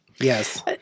Yes